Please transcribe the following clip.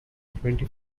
twenty